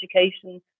education